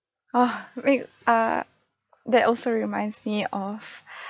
oh rea~ err that also reminds me of